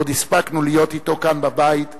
עוד הספקנו להיות אתו כאן בבית שנתיים.